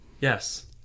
Yes